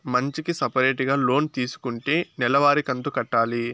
మంచికి సపరేటుగా లోన్ తీసుకుంటే నెల వారి కంతు కట్టాలి